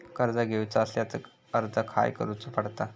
कर्ज घेऊचा असल्यास अर्ज खाय करूचो पडता?